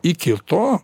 iki to